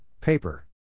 Paper